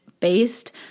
Based